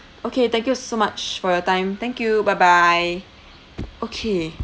okay thank you so much for your time thank you bye bye okay